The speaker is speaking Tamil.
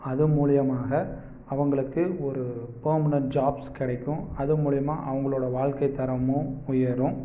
அது மூலிமாக அவர்களுக்கு ஒரு பேர்மனண்ட் ஜாப்ஸ் கிடைக்கும் அது மூலிமா அவங்களோட வாழ்க்கை தரமும் உயரும்